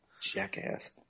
Jackass